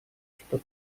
что